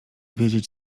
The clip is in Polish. wiedzieć